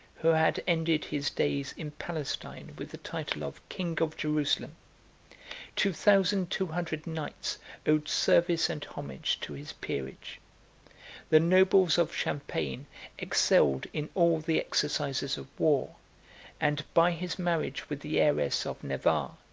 who had ended his days in palestine with the title of king of jerusalem two thousand two hundred knights owed service and homage to his peerage the nobles of champagne excelled in all the exercises of war and, by his marriage with the heiress of navarre,